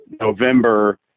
November